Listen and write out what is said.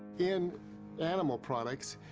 in animal products,